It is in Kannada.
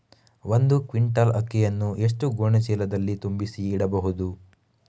ಒಂದು ಕ್ವಿಂಟಾಲ್ ಅಕ್ಕಿಯನ್ನು ಎಷ್ಟು ಗೋಣಿಚೀಲದಲ್ಲಿ ತುಂಬಿಸಿ ಇಡಬಹುದು?